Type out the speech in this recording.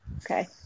Okay